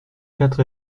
quatre